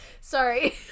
Sorry